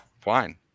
fine